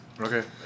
Okay